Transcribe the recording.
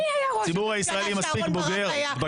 הציבור הישראלי מספיק בוגר.